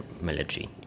military